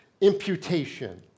imputation